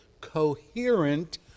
coherent